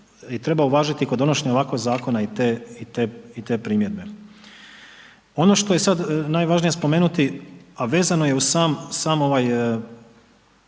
treba uvažiti kod donošenja ovakvih zakona i te primjedbe. Ono što je sada najvažnije spomenuti, a vezano je uz samu nakanu